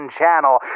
channel